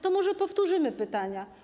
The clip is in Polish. To może powtórzymy pytania?